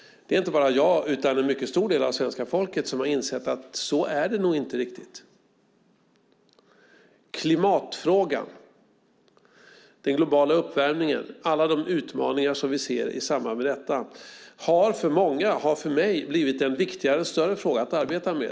Det är inte bara jag, utan en mycket stor del av svenska folket som har insett att det nog inte riktigt är så. Klimatfrågan, den globala uppvärmningen och alla de utmaningar som vi ser i samband med detta, har för många och för mig blivit en viktigare och större fråga att arbeta med.